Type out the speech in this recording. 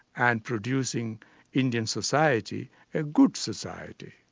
and produce in indian society a good society.